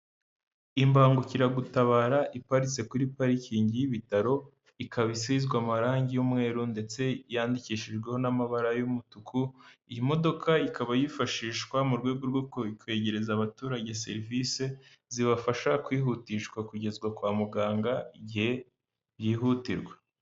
Imbangukiragutabara iparitse kuri parikingi y'ibitaro, ikaba isizwe amarangi y'umweru ndetse yandikishijweho n'amabara y'umutuku, iyi modoka ikaba yifashishwa mu rwego rwo kwegereza abaturage serivise zibafasha kwihutishwa kugezwa kwa muganga igihe byihutirwa.